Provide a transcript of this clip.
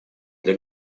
для